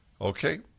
Okay